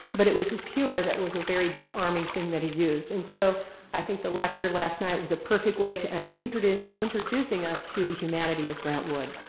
but it was his humor that was a very disarming thing that he used, and so, i think the lecture last night was a perfect way of and introducing introducing us to the humanity of grant wood.